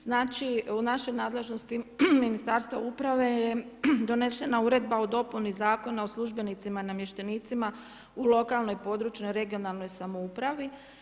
Znači, u našoj nadležnosti Ministarstva uprave je donešena Uredba o dopuni Zakona o službenicima i namještenicima u lokalnoj područnoj regionalnoj samoupravi.